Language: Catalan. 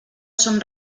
són